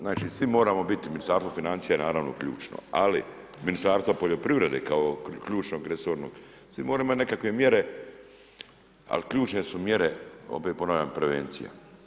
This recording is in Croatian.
Znači svi moramo biti, Ministarstvo financija je naravno ključno, ali Ministarstva poljoprivrede, kao ključno, resorno, mislim, moraju imati nekakve mjere, ali ključne su mjere, opet ponavljam prevencija.